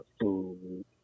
food